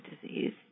disease